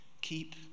Keep